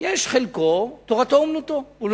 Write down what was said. חלקו תורתו אומנותו.